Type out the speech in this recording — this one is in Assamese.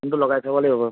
ফোনটো লগাই থ'ব লাগিব